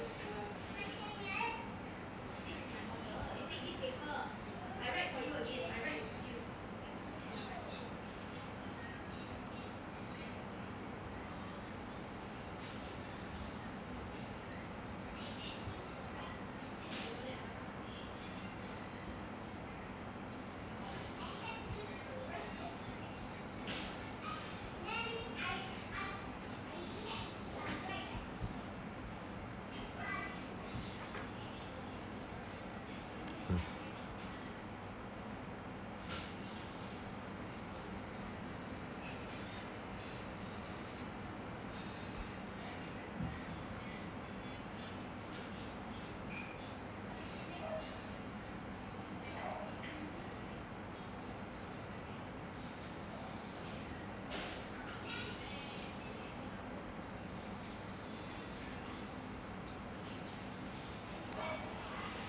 hmm